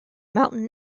mountain